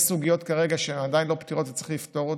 יש סוגיות שכרגע הן עדיין לא פתירות וצריך לפתור אותן.